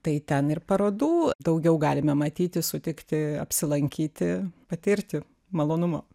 tai ten ir parodų daugiau galime matyti sutikti apsilankyti patirti malonumo